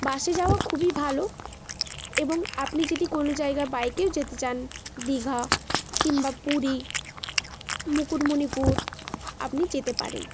বাসে যাওয়া খুবই ভালো এবং আপনি যেদি কোনো জায়গা বাইকেও যেতে চান দীঘা কিম্বা পুরী মুকুটমণিপুর আপনি যেতে পারেন